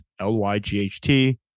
L-Y-G-H-T